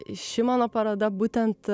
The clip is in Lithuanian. ši mano paroda būtent